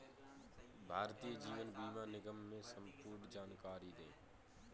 भारतीय जीवन बीमा निगम की संपूर्ण जानकारी दें?